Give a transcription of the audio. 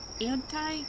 Anti